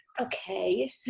okay